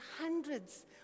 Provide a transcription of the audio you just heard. hundreds